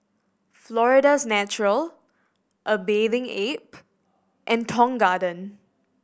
Florida's Natural A Bathing Ape and Tong Garden